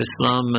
Islam